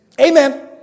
Amen